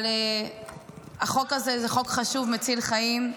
אבל החוק הזה הוא חוק חשוב, מציל חיים.